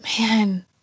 Man